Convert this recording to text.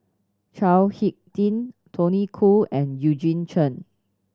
Chao Hick Tin Tony Khoo and Eugene Chen